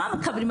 מה מקבלים?